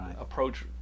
approach